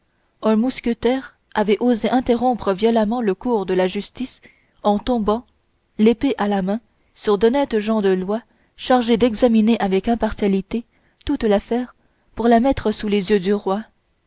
un mousquetaire avait osé interrompre violemment le cours de la justice en tombant l'épée à la main sur d'honnêtes gens de loi chargés d'examiner avec impartialité toute l'affaire pour la mettre sous les yeux du roi